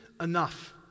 enough